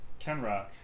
Kenrock